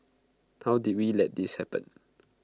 how did we let this happen